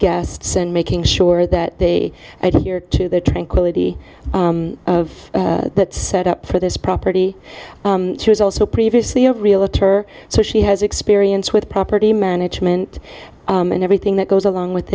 guests and making sure that they had here to the tranquility of that set up for this property she was also previously a realtor so she has experience with property management and everything that goes along with